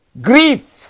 grief